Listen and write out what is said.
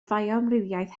fioamrywiaeth